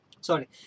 Sorry